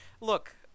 look